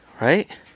Right